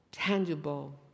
Tangible